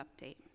update